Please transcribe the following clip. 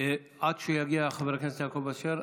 עד שיגיע חבר הכנסת יעקב אשר,